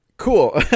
cool